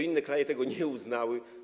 Inne kraje tego nie uznały.